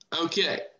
Okay